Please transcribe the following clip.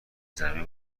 زمین